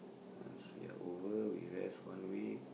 once we are over we rest one week